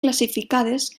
classificades